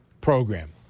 program